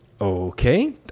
Okay